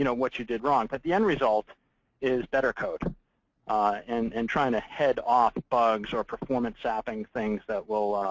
you know what you did wrong. but the end result is better code and and and trying to head off bugs or performance-sapping things that will